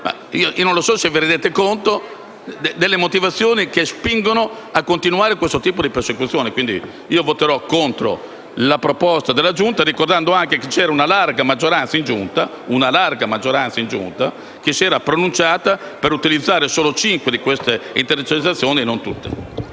Non so se vi rendete conto delle motivazioni che spingono a continuare questo tipo di persecuzione. Voterò contro la proposta della Giunta, ricordando anche che c'era un'ampia maggioranza in Giunta che si era pronunciata per utilizzare solo cinque di queste intercettazioni e non tutte.